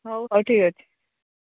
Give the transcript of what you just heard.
ହଉ ହଉ ଠିକ୍ ଅଛି